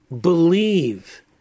believe